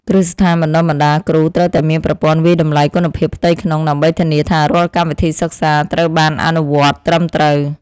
គ្រឹះស្ថានបណ្តុះបណ្តាលគ្រូត្រូវតែមានប្រព័ន្ធវាយតម្លៃគុណភាពផ្ទៃក្នុងដើម្បីធានាថារាល់កម្មវិធីសិក្សាត្រូវបានអនុវត្តត្រឹមត្រូវ។